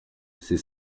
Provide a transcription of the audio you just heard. c’est